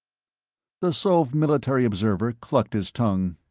the sov military observer clucked his tongue.